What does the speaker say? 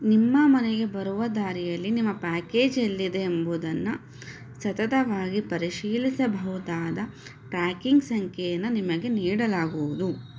ನಿಮ್ಮ ಮನೆಗೆ ಬರುವ ದಾರಿಯಲ್ಲಿ ನಿಮ್ಮ ಪ್ಯಾಕೇಜ್ ಎಲ್ಲಿದೆ ಎಂಬುದನ್ನು ಸತತವಾಗಿ ಪರಿಶೀಲಿಸಬಹುದಾದ ಟ್ರ್ಯಾಕಿಂಗ್ ಸಂಖ್ಯೆಯನ್ನು ನಿಮಗೆ ನೀಡಲಾಗುವುದು